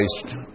Christ